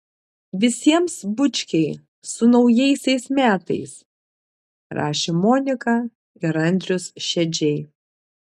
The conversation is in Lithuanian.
visiems bučkiai su naujaisiais metais rašė monika ir andrius šedžiai